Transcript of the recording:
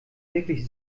wirklich